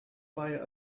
via